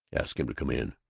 ask him to come in.